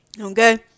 Okay